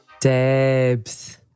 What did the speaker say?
deb's